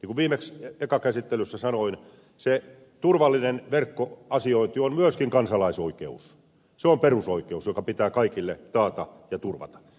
niin kuin viimeksi ensimmäisessä käsittelyssä sanoin turvallinen verkkoasiointi on myöskin kansalaisoikeus se on perusoikeus joka pitää kaikille taata ja turvata